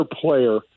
player